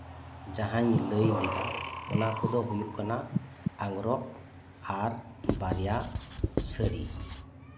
ᱡᱟᱦᱟᱧ ᱞᱟᱹᱭ ᱞᱮᱫᱟ ᱚᱱᱟ ᱠᱚᱫᱚ ᱦᱩᱭᱩᱜ ᱠᱟᱱᱟ ᱟᱸᱜᱽᱨᱚᱵ ᱟᱨ ᱵᱟᱨᱭᱟ ᱥᱟᱹᱲᱤ